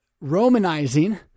Romanizing